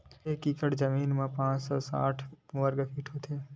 एक एकड़ जमीन मा पांच सौ साठ वर्ग फीट होथे